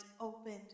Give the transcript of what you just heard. opened